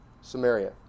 Samaria